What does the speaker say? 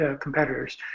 competitors